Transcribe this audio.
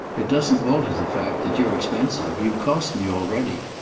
it doesn't alter the fact that you're expensive. you've cost me already!